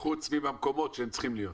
פרט למקומות שבהם היא צריכה להיות.